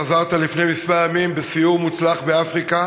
חזרת לפני כמה ימים מסיור מוצלח באפריקה,